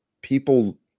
people